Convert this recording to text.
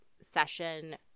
session